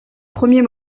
premier